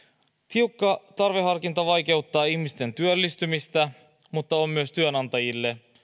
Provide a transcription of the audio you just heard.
tiukka tarveharkinta vaikeuttaa ihmisten työllistymistä mutta on myös työnantajille